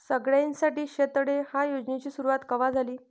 सगळ्याइसाठी शेततळे ह्या योजनेची सुरुवात कवा झाली?